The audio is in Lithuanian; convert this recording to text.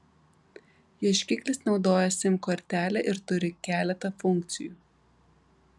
ieškiklis naudoja sim kortelę ir turi keletą funkcijų